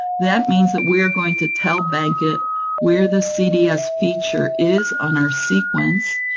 that means that we are going to tell bankit where the cds feature is on our sequence.